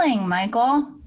Michael